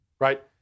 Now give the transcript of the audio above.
right